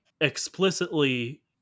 explicitly